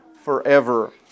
forever